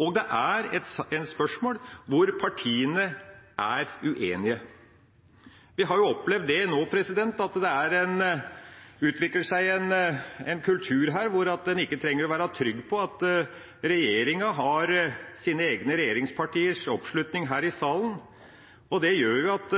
og det er et spørsmål der partiene er uenige. Vi har opplevd nå at det utvikler seg en kultur her hvor en ikke trenger å være trygg på at regjeringa har sine egne regjeringspartiers oppslutning her i salen, og det gjør at